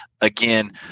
again